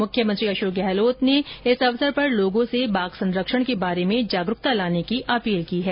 मुख्यमंत्री अशोक गहलोत ने बाघ दिवस पर लोगों से बाघ संरक्षण के बारे में जागरूकता लाने की अपील की है